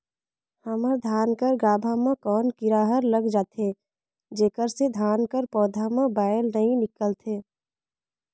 हमर धान कर गाभा म कौन कीरा हर लग जाथे जेकर से धान कर पौधा म बाएल नइ निकलथे?